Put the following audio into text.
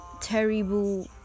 terrible